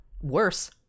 worse